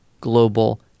global